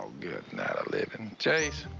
good night of living. jase.